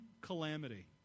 calamity